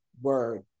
word